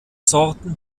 sorten